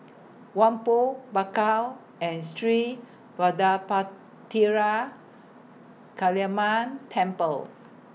Whampoa Bakau and Sri Vadapathira Kaliamman Temple